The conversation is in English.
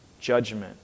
judgment